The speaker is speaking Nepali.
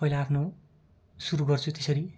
पहिला आफ्नो सुरु गर्छु त्यसरी